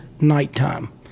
nighttime